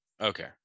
okay